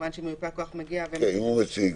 כמובן מיופה הכוח מגיע --- אם הוא מציג,